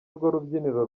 urubyiniro